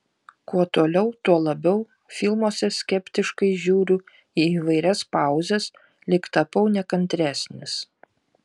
kuo toliau tuo labiau filmuose skeptiškai žiūriu į įvairias pauzes lyg tapau nekantresnis